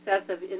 excessive